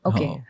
Okay